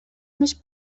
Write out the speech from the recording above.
més